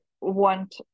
want